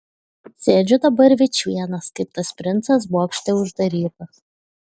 sėdžiu dabar vičvienas kaip tas princas bokšte uždarytas